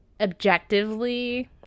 objectively